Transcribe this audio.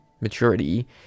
maturity